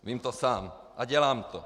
Vím to sám a dělám to.